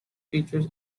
features